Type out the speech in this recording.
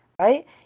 right